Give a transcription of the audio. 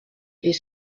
est